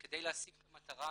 כדי להשיג את המטרה הזאת,